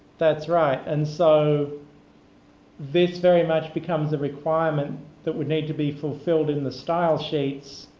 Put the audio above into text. that's right. and so this very much becomes a requirement that would need to be fulfilled in the stylesheets